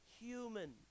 human